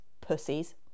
pussies